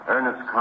Ernest